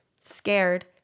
scared